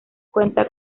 cuenta